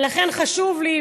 ולכן חשוב לי,